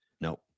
No